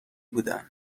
بودن